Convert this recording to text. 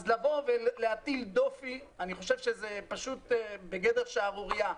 אז לבוא ולהטיל דופי זה פשוט בגדר שערורייה.